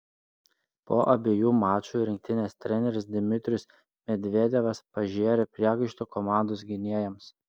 po abiejų mačų rinktinės treneris dmitrijus medvedevas pažėrė priekaištų komandos gynėjams